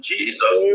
Jesus